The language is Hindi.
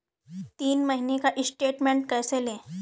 तीन महीने का स्टेटमेंट कैसे लें?